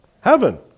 Heaven